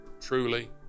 truly